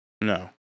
No